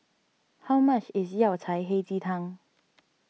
how much is Yao Cai Hei Ji Tang